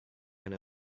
eine